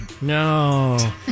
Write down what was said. No